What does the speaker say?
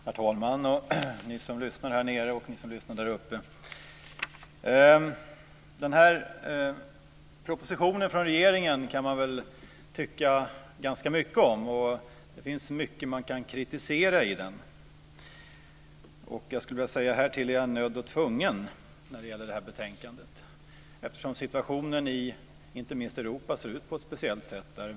Herr talman, ni som lyssnar här nere och ni som lyssnar där uppe! Man kan ha ganska många uppfattningar om den här propositionen från regeringen, och det finns mycket som man kan kritisera i den. Jag skulle om det här betänkandet vilja säga: "Härtill är jag nödd och tvungen", eftersom situationen inte minst i Europa ser ut på ett speciellt sätt.